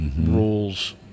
rules